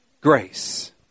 Grace